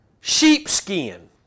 sheepskin